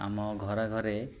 ଆମ ଘରେ ଘରେ